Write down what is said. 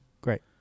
Great